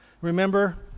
Remember